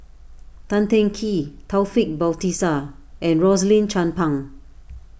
Tan Teng Kee Taufik Batisah and Rosaline Chan Pang